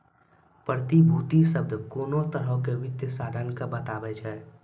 प्रतिभूति शब्द कोनो तरहो के वित्तीय साधन के बताबै छै